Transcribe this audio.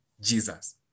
Jesus